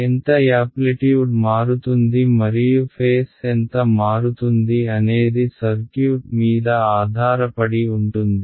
ఎంత యాప్లిట్యూడ్ మారుతుంది మరియు ఫేస్ ఎంత మారుతుంది అనేది సర్క్యూట్ మీద ఆధారపడి ఉంటుంది